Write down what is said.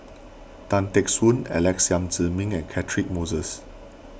Tan Teck Soon Alex Yam Ziming and Catchick Moses